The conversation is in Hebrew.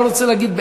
לא רוצה להגיד,